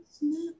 no